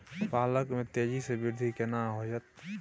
पालक में तेजी स वृद्धि केना होयत?